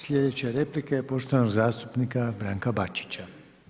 Sljedeća replika poštovanog zastupnika Branka Bačića.